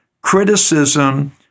criticism